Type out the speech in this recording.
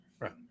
right